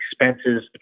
expenses